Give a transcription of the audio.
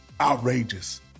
outrageous